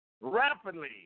rapidly